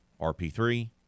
RP3